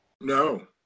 No